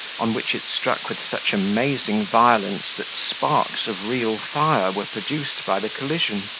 on which it struck with such amazing violence, that sparks of real fire were produced by the collision.